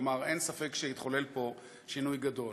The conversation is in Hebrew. כלומר אין ספק שהתחולל פה שינוי גדול.